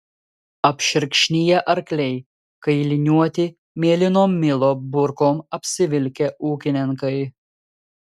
apšerkšniję arkliai kailiniuoti mėlyno milo burkom apsivilkę ūkininkai